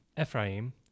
Ephraim